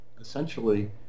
essentially